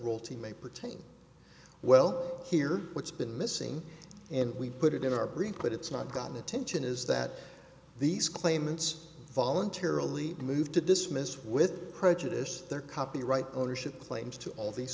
rule t may pertain well here what's been missing and we put it in our brief but it's not gotten attention is that these claimants voluntarily moved to dismiss with prejudice their copyright ownership claims to all the